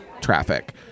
traffic